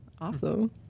Awesome